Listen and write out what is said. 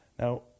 Now